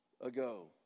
ago